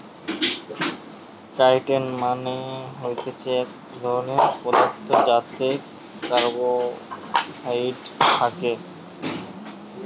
chitin মানে হতিছে এক ধরণের পদার্থ যাতে কার্বোহাইড্রেট থাকে